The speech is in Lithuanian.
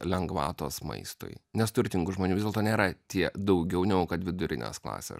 lengvatos maistui nes turtingų žmonių vis dėlto nėra tie daugiau negu kad vidurinės klasės